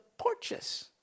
porches